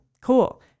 cool